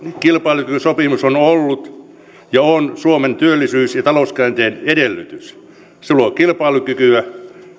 kilpailukykysopimus on on ollut ja on suomen työllisyys ja talouskäänteen edellytys se luo kilpailukykyä